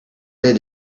did